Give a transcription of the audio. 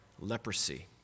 leprosy